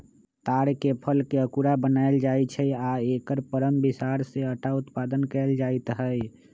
तार के फलके अकूरा बनाएल बनायल जाइ छै आ एकर परम बिसार से अटा उत्पादन कएल जाइत हइ